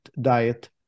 diet